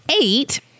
eight